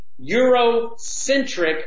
Eurocentric